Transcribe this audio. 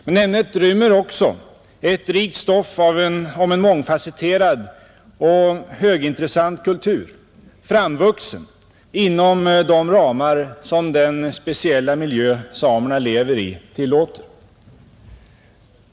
Men ämnet rymmer också ett rikt stoff av en mångfasetterad och högintressant kultur, framvuxen inom de ramar som den speciella miljö samerna lever i tillåter.